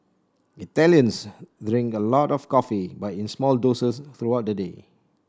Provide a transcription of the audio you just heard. Italians drink a lot of coffee but in small doses throughout the day